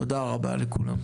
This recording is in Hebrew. תודה רבה לכולם.